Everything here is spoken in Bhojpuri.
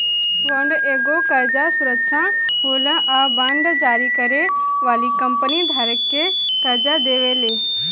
बॉन्ड एगो कर्जा सुरक्षा होला आ बांड जारी करे वाली कंपनी धारक के कर्जा देवेले